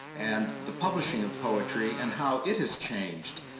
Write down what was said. and the publishing of poetry and how it has changed